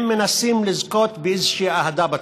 הם מנסים לזכות באיזושהי אהדה בציבור.